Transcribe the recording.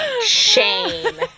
Shame